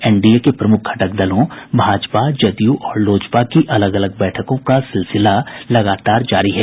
NDA के प्रमुख घटक दलों भाजपा जदयू और लोजपा की अलग अलग बैठकों का सिलसिला लगातार जारी है